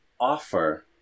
offer